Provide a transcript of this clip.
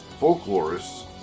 folklorists